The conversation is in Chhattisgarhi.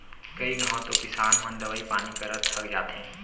कई घंव तो किसान मन दवई पानी करत थक जाथें